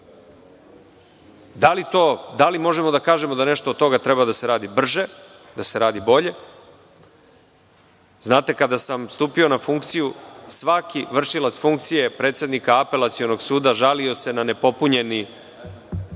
Da li možemo da kažemo da nešto od toga treba da se radi brže, da se radi bolje? Znate, kada sam stupio na funkciju, svaki vršilac funkcije predsednika Apelacionog suda žalio se na nepopunjeni